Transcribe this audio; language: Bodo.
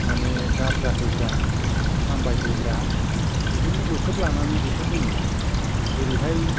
माने गारजा होग्रा हामबाय होग्रा बिदिनो बोथोर लानानै बोथोर होयो जेरैहाय